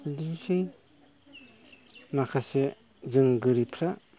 बिदिनोसै माखासे जों गोरिबफ्रा